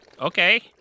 Okay